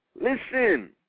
Listen